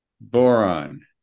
boron